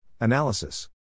Analysis